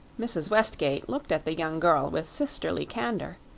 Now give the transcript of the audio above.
mrs. westgate looked at the young girl with sisterly candor.